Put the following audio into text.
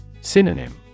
Synonym